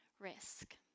risk